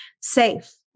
safe